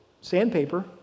sandpaper